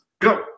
Go